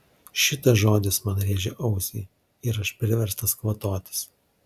šitas žodis man rėžia ausį ir aš priverstas kvatotis